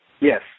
Yes